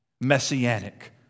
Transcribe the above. messianic